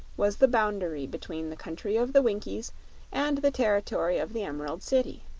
was the boundary between the country of the winkies and the territory of the emerald city.